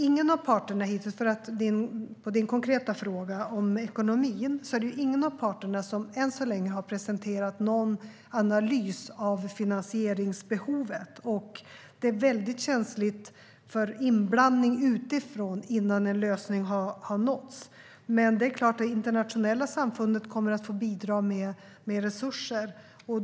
Som svar på din konkreta fråga om ekonomin kan jag säga att ingen av parterna än så länge har presenterat någon analys av finansieringsbehovet. Det är väldigt känsligt för inblandning utifrån innan en lösning har nåtts. Det internationella samfundet kommer att bidra med resurser.